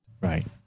Right